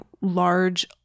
large